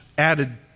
added